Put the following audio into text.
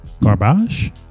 garbage